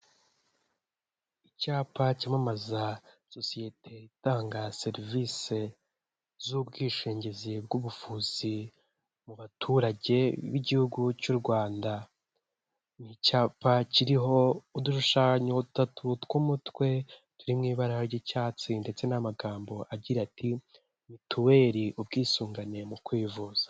Icyapa cyamamaza sosiyete itanga serivisi z'ubwishingizi bw'ubuvuzi mu baturage b'igihugu cy'u Rwanda, ni icyapa kiriho udushushanyo dutatu tw'umutwe turi mu ibara ry'icyatsi ndetse n'amagambo agira ati mituweri ubwisungane mu kwivuza.